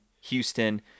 Houston